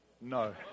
No